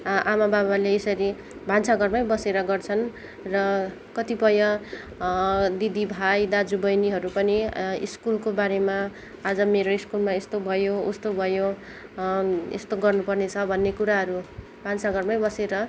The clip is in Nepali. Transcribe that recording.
आमा बाबाले यसरी भान्सा घरमै बसेर गर्छन् र कतिपय दिदी भाइ दाजु बहिनीहरू पनि स्कुलको बारेमा आजु मेरो स्कुलमा यस्तो भयो उस्तो भयो यस्तो गर्नुपर्नेछ भन्ने कुराहरू भान्सा घरमै बसेर